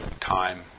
time